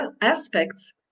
aspects